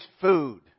food